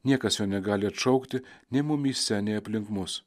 niekas jo negali atšaukti nei mumyse nei aplink mus